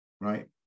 right